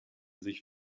sich